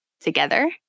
together